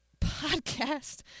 podcast